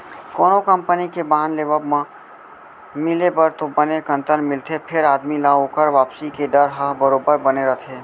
कोनो कंपनी के बांड लेवब म मिले बर तो बने कंतर मिलथे फेर आदमी ल ओकर वापसी के डर ह बरोबर बने रथे